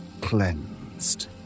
Cleansed